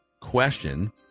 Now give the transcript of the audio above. question